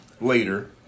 later